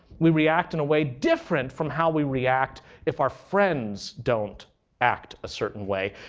we react in a way different from how we react if our friends don't act a certain way.